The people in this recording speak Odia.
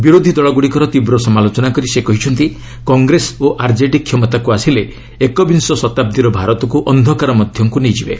ବିରୋଧୀ ଦଳଗୁଡ଼ିକର ତୀବ୍ର ସମାଲୋଚନା କରି ସେ କହିଛନ୍ତି କଂଗ୍ରେସ ଓ ଆର୍ଜେଡି କ୍ଷମତାକୁ ଆସିଲେ ଏକବିଂଶ ଶତାବ୍ଦୀର ଭାରତକୁ ଅନ୍ଧକାର ମଧ୍ୟକୁ ନେଇଯିବେ